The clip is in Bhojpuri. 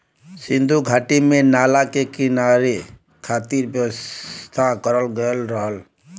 सिन्धु घाटी में नाला के निकले खातिर व्यवस्था करल गयल रहल